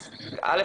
אז א',